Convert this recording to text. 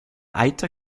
eiter